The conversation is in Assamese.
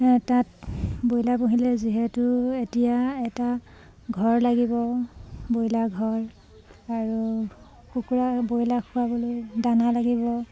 তাত ব্ৰইলাৰ পুহিলে যিহেতু এতিয়া এটা ঘৰ লাগিব ব্ৰইলাৰ ঘৰ আৰু কুকুৰা ব্ৰইলাৰ খোৱাবলৈ দানা লাগিব